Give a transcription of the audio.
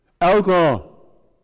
alcohol